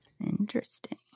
Interesting